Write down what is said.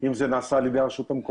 אם זה נעשה על ידי הרשות המקומית.